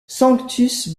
sanctus